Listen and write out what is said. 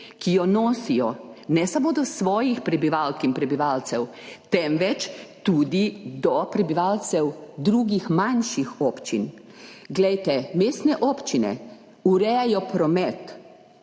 ki jo nosijo, ne samo do svojih prebivalk in prebivalcev, temveč tudi do prebivalcev drugih manjših občin. Glejte, mestne občine urejajo promet,